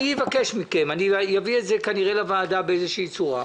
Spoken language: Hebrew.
אבקש מכם אביא את זה כנראה לוועדה באיזו צורה.